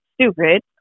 stupid